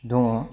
दङ